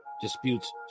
disputes